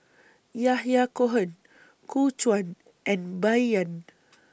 Yahya Cohen Gu Juan and Bai Yan